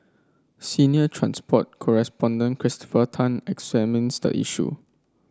senior transport correspondent Christopher Tan examines the issue